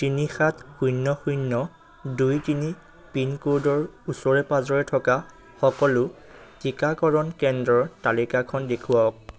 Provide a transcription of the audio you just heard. তিনি সাত শূন্য শূন্য দুই তিনি পিনক'ডৰ ওচৰে পাঁজৰে থকা সকলো টীকাকৰণ কেন্দ্ৰৰ তালিকাখন দেখুৱাওক